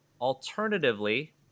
Alternatively